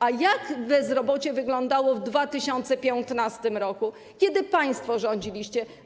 A jak bezrobocie wyglądało w 2015 r., kiedy państwo rządziliście?